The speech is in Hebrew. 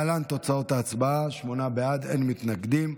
להלן תוצאות ההצבעה: שמונה בעד, אין מתנגדים.